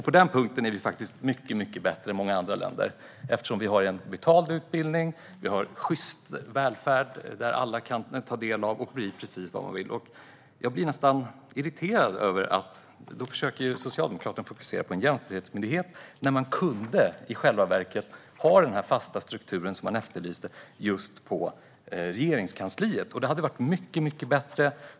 På den punkten är vi faktiskt mycket bättre än många andra länder, eftersom vi har betald utbildning och sjyst välfärd som alla kan ta del av och bli precis vad de vill. Jag blir nästan irriterad över att Socialdemokraterna försöker fokusera på en jämställdhetsmyndighet när man i själva verket skulle kunna ha den fasta struktur man efterlyser just på Regeringskansliet. Det hade varit mycket bättre.